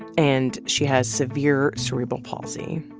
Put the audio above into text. and she has severe cerebral palsy.